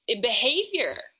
behavior